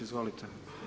Izvolite.